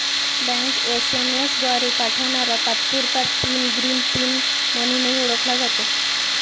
bank SMS द्वारे पाठवणारा तात्पुरता पिन ग्रीन पिन म्हणूनही ओळखला जातो